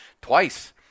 twice